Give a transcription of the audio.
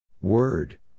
Word